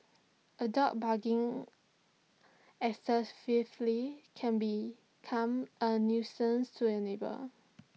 A dog barking excessively can become A nuisance to your neighbours